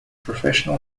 professional